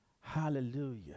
Hallelujah